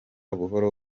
buhoro